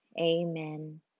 Amen